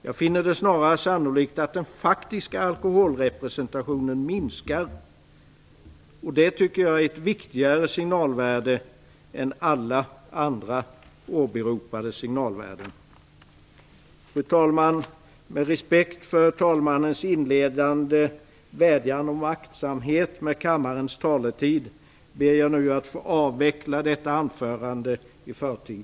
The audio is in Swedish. Jag finner det snarare sannolikt att den faktiska alkoholrepresentationen minskar, och det tycker jag har ett större signalvärde än alla andra åberopade signalvärden. Fru talman! Av respekt för talmannens inledande vädjan om aktsamhet med kammarens taletid ber jag nu att få avveckla detta anförande i förtid.